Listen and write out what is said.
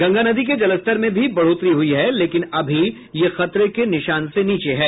गंगा नदी के जलस्तर में भी बढ़ोतरी हुई है लेकिन अभी ये खतरे के निशान से नीचे है